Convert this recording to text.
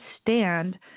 stand